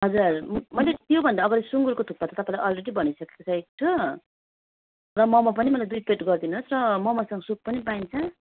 हजुर मैले त्योभन्दा अगाडि सुँगुरको थुक्पा त तपाईँलाई अलरेडी भनिसकेको छु र मोमो पनि मलाई दुई प्लेट गरिदिनुहोस् न मोमोसँग सुप पनि पाइन्छ